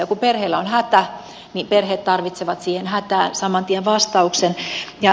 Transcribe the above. kun perheillä on hätä perheet tarvitsevat siihen hätään saman tien vastauksen